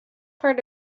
part